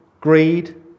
greed